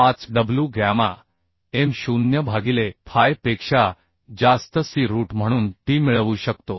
5w gamma m0 भागिले fy पेक्षा जास्त c रूट म्हणून t मिळवू शकतो